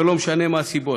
לא משנה מה הסיבות.